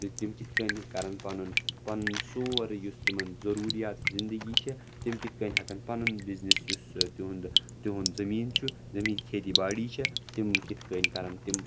تہٕ تِم کِتھٕ کٔنۍ کَرَن پَنُن پَنُن سورُے یُس تِمَن ضروٗرِیات زِنٛدگی چھِ تِم کِتھٕ کٔنۍ ہؠکَن پَنُن بِزنِس یُس تِہُنٛد تِہُنٛد زٔمِیٖن چھُ زٔمِیٖن کھیتِی بارڈی چھِ تِم کِتھٕ کٔنۍ کَرَن تِم